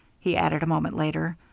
he added a moment later.